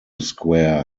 square